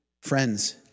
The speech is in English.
friends